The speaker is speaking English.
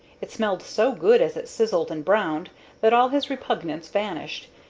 it smelled so good as it sizzled and browned that all his repugnance vanished,